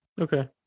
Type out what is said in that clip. okay